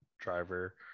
driver